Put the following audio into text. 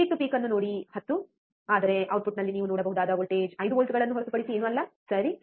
peak to peak ಅನ್ನು ನೋಡಿ 10 ಆದರೆ ಔಟ್ಪುಟ್ನಲ್ಲಿ ನೀವು ನೋಡಬಹುದಾದ ವೋಲ್ಟೇಜ್ 5 ವೋಲ್ಟ್ಗಳನ್ನು ಹೊರತುಪಡಿಸಿ ಏನೂ ಅಲ್ಲ ಸರಿ